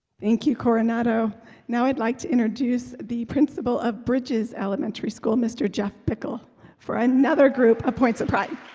thank you coronado now, i'd like to introduce the principal of bridges elementary school. mr. jeff beickel for another group of point of pride